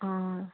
অ